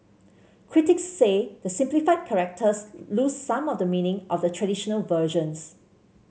critics say the simplified characters lose some of the meaning of the traditional versions